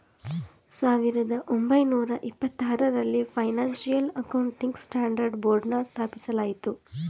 ಸಾವಿರದ ಒಂಬೈನೂರ ಎಪ್ಪತಾರರಲ್ಲಿ ಫೈನಾನ್ಸಿಯಲ್ ಅಕೌಂಟಿಂಗ್ ಸ್ಟ್ಯಾಂಡರ್ಡ್ ಬೋರ್ಡ್ನ ಸ್ಥಾಪಿಸಲಾಯಿತು